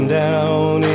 down